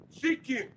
Chicken